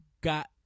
got